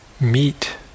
meet